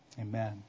amen